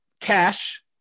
Cash